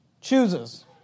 chooses